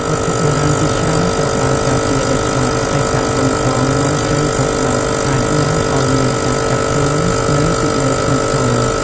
វត្ថុបុរាណជាច្រើនត្រូវបានការពារដោយច្បាប់ ហើយការប៉ុនប៉ងនាំចេញខុសច្បាប់អាចនាំឲ្យមានការចាប់ខ្លួន និងពិន័យធ្ងន់ធ្ងរ។